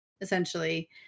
essentially